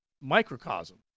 microcosm